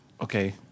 okay